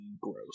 gross